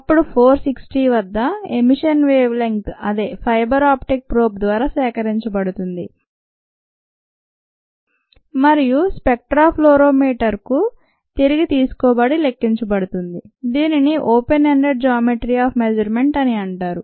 అప్పుడు 460 వద్ద emission wavelength అదే ఫైబర్ ఆప్టిక్ ప్రోబ్ ద్వారా సేకరించబడుతుంది మరియు స్పెక్ట్రా ఫ్లోరిమీటర్ కు తిరిగి తీసుకోబడి లెక్కించబడుతుంది దీనిని open ended geometry of measurement అని అంటారు